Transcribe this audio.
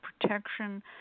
protection